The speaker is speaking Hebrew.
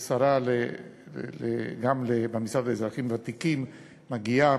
גם השרה במשרד לאזרחים ותיקים מגיעה.